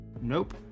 Nope